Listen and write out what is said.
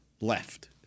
left